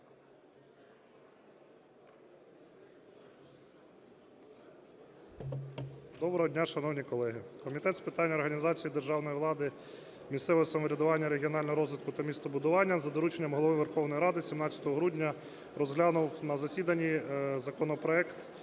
Доброго дня, шановні колеги. Комітет з питань організації державної влади, місцевого самоврядування, регіонального розвитку та містобудування за дорученням Голови Верховної Ради 17 грудня розглянув на засіданні законопроект,